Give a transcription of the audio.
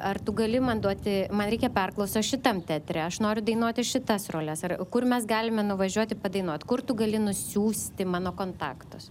ar tu gali man duoti man reikia perklausos šitam teatre aš noriu dainuoti šitas roles ar kur mes galime nuvažiuoti padainuot kur tu gali nusiųsti mano kontaktus